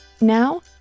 Now